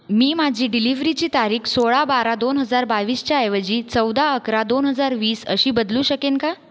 मी माझी डिलिव्हरीची तारीख सोळा बारा दोन हजार बावीसच्या ऐवजी चौदा अकरा दोन हजार वीस अशी बदलू शकेन का